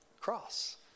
cross